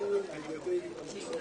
הישיבה